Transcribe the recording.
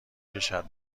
کشد